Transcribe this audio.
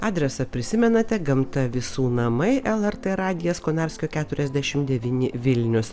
adresą prisimenate gamta visų namai el er tė radijas konarskio keturiasdešimt devyni vilnius